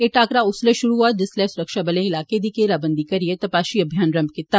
एह् टाकरा उसलै शुरू होआ जिसलै सुरक्षाबलें इलाके दी घेराबंदी करियै तपाशी अभियान रंभ कीता